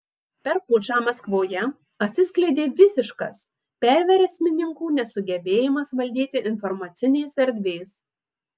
per pučą maskvoje atsiskleidė visiškas perversmininkų nesugebėjimas valdyti informacinės erdvės